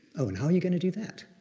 oh, and how are you gonna do that?